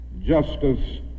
justice